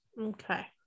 okay